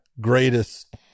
greatest